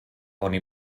oni